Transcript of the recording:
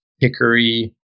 hickory